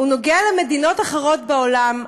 הוא נוגע במדינות אחרות בעולם,